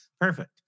Perfect